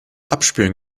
abspülen